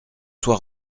soit